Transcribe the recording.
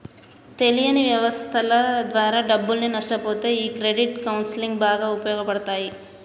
తెలియని వ్యవస్థల ద్వారా డబ్బుల్ని నష్టపొతే ఈ క్రెడిట్ కౌన్సిలింగ్ బాగా ఉపయోగపడతాయి